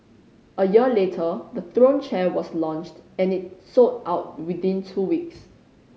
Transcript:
a year later the Throne chair was launched and it sold out within two weeks